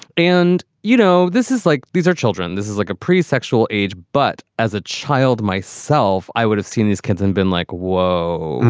and, you know, this is like these are children. this is like a pre-sexual age. but as a child myself, i would have seen these kids and been like, whoa,